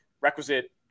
requisite